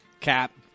Cap